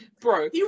bro